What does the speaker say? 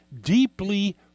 deeply